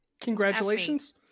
Congratulations